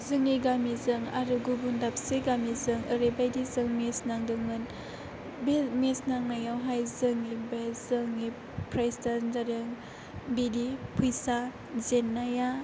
जोंनि गामिजों आरो गुबुन दाबसे गामिजों ओरैबायदि जों मेत्स नांदोंमोन बे मेत्स नांनायावहाय जोंनि बे जोंनि प्राइज दानजादों बेनि फैसा जेननाया